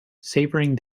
savouring